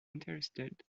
interested